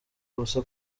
ubusa